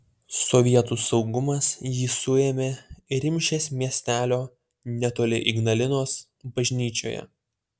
sovietų saugumas jį suėmė rimšės miestelio netoli ignalinos bažnyčioje